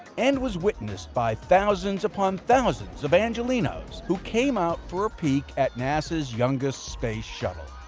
and was witnessed by thousands upon thousands of angelinos who came out for a peek at nasa's youngest space shuttle